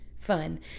fun